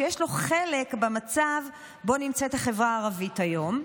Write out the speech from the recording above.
שיש לו חלק במצב שבו נמצאת החברה הערבית היום,